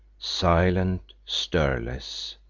silent, stirless.